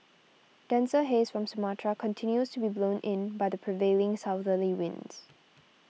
denser haze from Sumatra continues to be blown in by the prevailing southerly winds